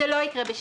זה לא יקרה בשנה.